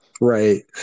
Right